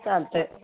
चालतं आहे